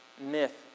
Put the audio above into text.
myth